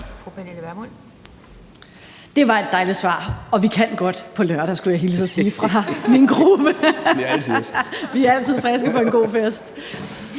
Det var et dejligt svar. Og vi kan godt på lørdag, skal jeg hilse at sige fra min gruppe. (Jakob Ellemann-Jensen (V): Det